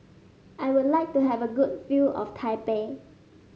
I would like to have a good view of Taipei